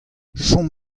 chom